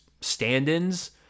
stand-ins